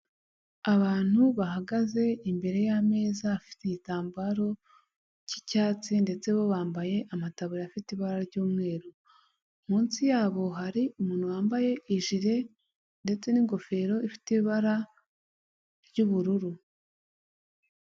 Abantu bahagaze imbere y'ameza afite igitambaro cyicyatsi ndetse bo bambaye amataburiya afite ibara ry'umweru, munsi yabo hari umuntu wambaye ijire ndetse n'ingofero ifite ibara ry'ubururu.